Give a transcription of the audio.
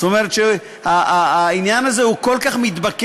זאת אומרת שהעניין הזה הוא כל כך מתבקש,